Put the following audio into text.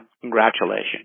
Congratulations